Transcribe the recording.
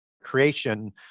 creation